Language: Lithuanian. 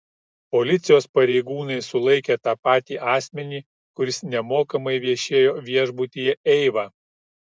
policijos pareigūnai sulaikė tą patį asmenį kuris nemokamai viešėjo viešbutyje eiva